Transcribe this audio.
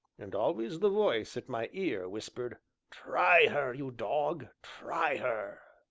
and always the voice at my ear whispered try her, you dog, try her.